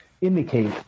indicate